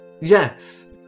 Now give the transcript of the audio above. yes